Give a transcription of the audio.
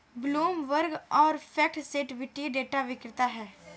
Bloomberg और FactSet वित्तीय data विक्रेता हैं